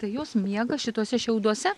tai jos miega šituose šiauduose